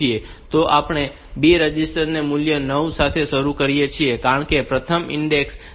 તો આપણે આ B રજીસ્ટર ને મૂલ્ય 9 સાથે શરુ કરીએ છીએ કારણ કે પ્રથમ ઈન્ડેક્સ તે 1 થી 9 સુધી જઈ શકે છે